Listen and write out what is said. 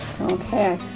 Okay